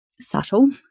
subtle